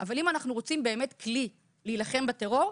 אבל אם אנחנו רוצים באמת כלי להילחם בטרור,